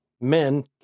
Men